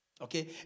Okay